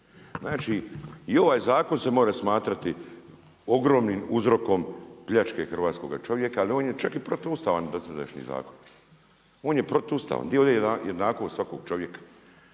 Znači i ovaj zakon se može smatrati ogromnim uzrokom pljačke hrvatskoga čovjeka ali on je čak i protuustavan dosadašnji zakon, on je protuustavan. Gdje je ovdje jednakost svakog čovjeka?